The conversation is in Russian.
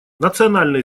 национальная